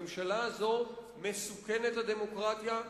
הממשלה הזו מסוכנת לדמוקרטיה,